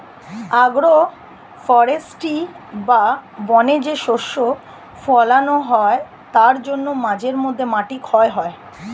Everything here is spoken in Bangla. আগ্রো ফরেষ্ট্রী বা বনে যে শস্য ফোলানো হয় তার জন্য মাঝে মধ্যে মাটি ক্ষয় হয়